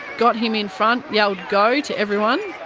got him in front. yelled go to everyone.